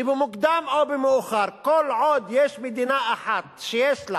שבמוקדם או במאוחר, כל עוד יש מדינה אחת שיש לה